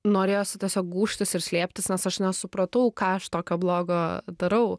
norėjosi tiesiog gūžtis ir slėptis nes aš nesupratau ką aš tokio blogo darau